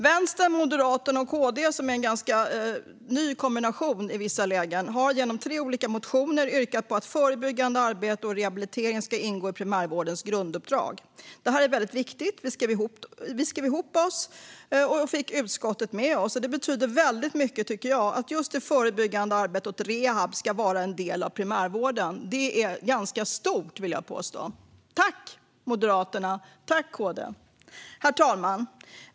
Vänstern, Moderaterna och Kristdemokraterna, som är en ganska ny kombination i vissa lägen, har i tre olika motioner yrkat på att förebyggande arbete och rehabilitering ska ingå i primärvårdens grunduppdrag. Detta är mycket viktigt. Vi skrev ihop oss och fick utskottet med oss. Det betyder mycket, tycker jag, att just det förebyggande arbetet och rehab ska vara en del av primärvården. Det är ganska stort, vill jag påstå. Tack Moderaterna, tack Kristdemokraterna! Herr talman!